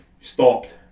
stopped